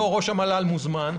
לא ראש המל"ל מוזמן.